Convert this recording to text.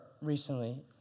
recently